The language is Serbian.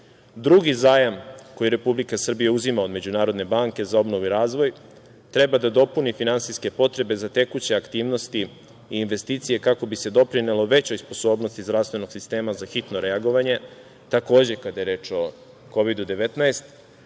zajam, koji Republika Srbija danas uzima od Međunarodne banke za obnovu i razvoj treba da dopunu finansijske potrebe za tekuće aktivnosti i investicije kako bi se doprinelo većoj sposobnosti zdravstvenog sistema za hitno reagovanje takođe kada je reč Kovidu 19.